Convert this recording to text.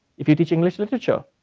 if you teach english literature,